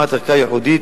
הקמת ערכאה ייחודית,